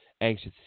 anxious